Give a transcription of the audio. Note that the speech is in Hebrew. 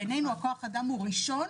בעינינו כוח האדם הוא ראשון,